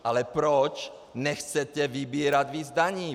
Ale proč nechcete vybírat víc daní!